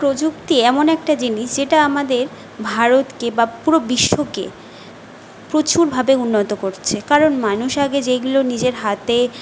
প্রযুক্তি এমন একটা জিনিস যেটা আমাদের ভারতকে বা পুরো বিশ্বকে প্রচুরভাবে উন্নত করছে কারণ মানুষ আগে যেগুলো নিজের হাতে